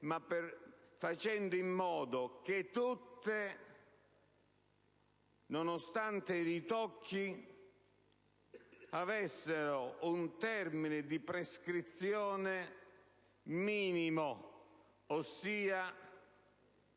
facendo in modo che tutte, nonostante i ritocchi, avessero un termine di prescrizione minimo, ossia